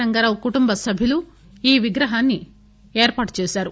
రంగారావు కుటుంబ సభ్యులు ఈ విగ్రహాన్ని ఏర్పాటు చేశారు